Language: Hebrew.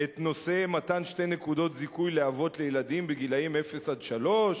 את נושא מתן שתי נקודות זיכוי לאבות לילדים בגילים אפס עד שלוש,